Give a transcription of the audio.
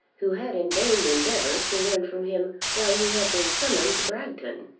who had in vain endeavoured to learn from him why he had been summoned to bragton